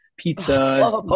pizza